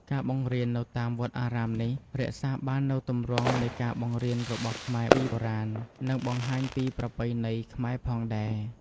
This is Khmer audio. ការបង្រៀននៅតាមវត្តអារាមនេះ រក្សាបាននូវទម្រង់នៃការបង្រៀនរបស់ខ្មែរពីបុរាណ និងបង្ហាញពីប្រពៃណីខ្មែរផងដែរ។